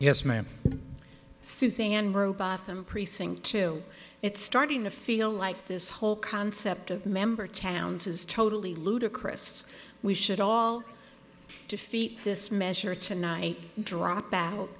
yes ma'am suzanne robotham precinct two it's starting to feel like this whole concept of member towns is totally ludicrous we should all defeat this measure tonight drop